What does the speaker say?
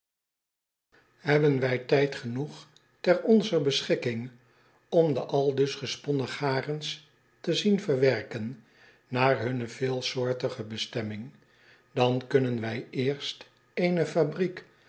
ebben wij tijd genoeg ter onzer beschikking om de aldus gesponnen garens te zien verwerken naar hunne veelsoortige bestemming dan kunnen wij eerst eene fabriek